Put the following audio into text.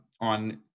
on